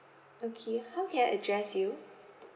okay how can I address you